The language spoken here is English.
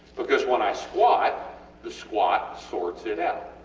because when i squat the squat sorts it out.